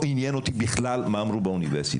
אותי לא עניין בכלל מה אמרו באוניברסיטה.